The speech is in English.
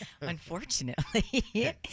Unfortunately